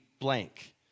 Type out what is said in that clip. blank